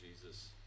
Jesus